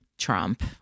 Trump